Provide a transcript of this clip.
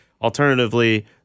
Alternatively